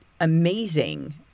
amazing